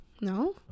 No